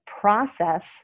process